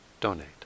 donate